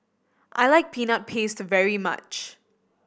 I like Peanut Paste very much